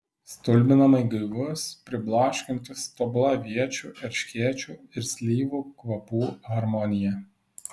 stulbinamai gaivus pribloškiantis tobula aviečių erškėčių ir slyvų kvapų harmonija